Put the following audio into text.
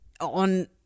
on